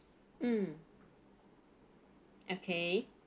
mm okay